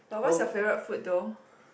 but what's your favourite food though